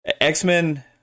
X-Men